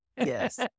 yes